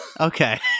Okay